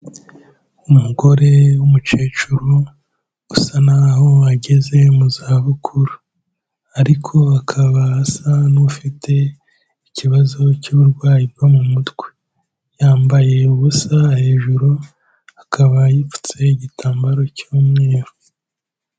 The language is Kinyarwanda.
Umugore w'umukecuru usa naho ageze mu zabukuru, ariko akaba asa n'ufite ikibazo cy'uburwayi bwo mu mutwe. Yambaye ubusa hejuru akaba yipfutse igitambaro cy'umweru.